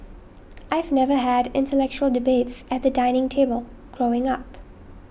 I've never had intellectual debates at the dining table growing up